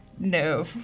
No